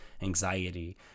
anxiety